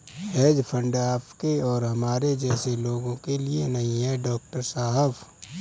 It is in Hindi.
हेज फंड आपके और हमारे जैसे लोगों के लिए नहीं है, डॉक्टर साहब